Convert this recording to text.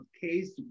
Case